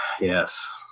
yes